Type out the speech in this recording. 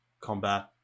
combat